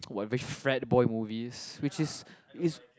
whatever frat boy movies which is is